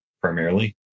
primarily